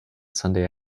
sunday